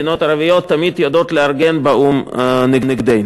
מדינות ערביות תמיד יודעות לארגן באו"ם נגדנו.